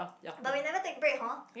but we never take break horn